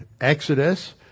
Exodus